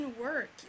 work